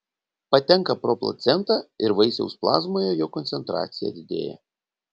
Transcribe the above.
patenka pro placentą ir vaisiaus plazmoje jo koncentracija didėja